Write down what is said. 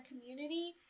community